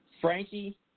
Frankie